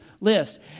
list